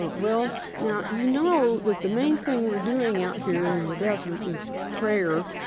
well, now, you know that the main thing we're doing out here in the desert is prayer,